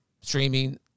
streaming